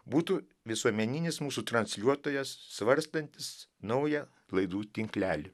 būtų visuomeninis mūsų transliuotojas svarstantis naują laidų tinklelį